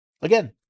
Again